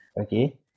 Okay